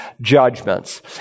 judgments